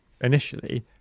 initially